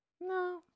no